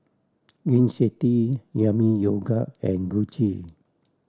Gain City Yami Yogurt and Gucci